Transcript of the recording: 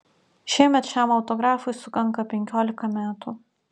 šiemet šiam autografui sukanka penkiolika metų